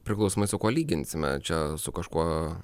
priklausomai su kuo lyginsime čia su kažkuo